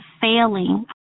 failing